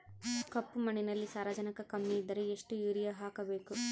ಕಪ್ಪು ಮಣ್ಣಿನಲ್ಲಿ ಸಾರಜನಕ ಕಮ್ಮಿ ಇದ್ದರೆ ಎಷ್ಟು ಯೂರಿಯಾ ಹಾಕಬೇಕು?